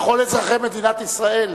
לכל אזרחי מדינת ישראל,